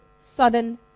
sudden